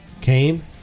came